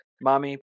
Mommy